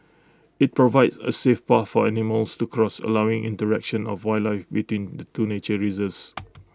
IT provides A safe path for animals to cross allowing interaction of wildlife between the two nature reserves